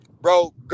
bro